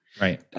Right